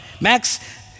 Max